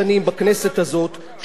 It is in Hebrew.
כשכל החוקים שלנו,